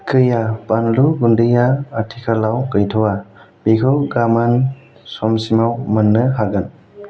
कैया बानलु गुन्दैआ आथिखालाव गैथ'आ बेखौ गामोन समसिमाव मोननो हागोन